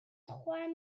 trois